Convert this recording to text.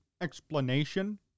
explanation